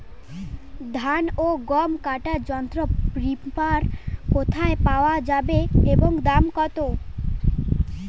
ধান ও গম কাটার যন্ত্র রিপার কোথায় পাওয়া যাবে এবং দাম কত?